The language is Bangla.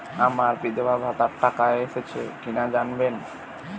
আমার বিধবাভাতার টাকা এসেছে কিনা জানাবেন?